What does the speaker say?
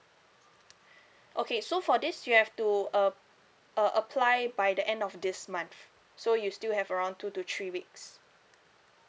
okay so for this you have to uh uh apply by the end of this month so you still have around two to three weeks